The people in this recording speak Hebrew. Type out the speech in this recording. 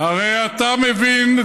הרי אתה מבין,